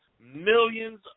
millions